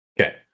okay